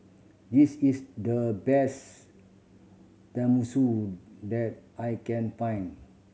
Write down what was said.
this is the best Tenmusu that I can find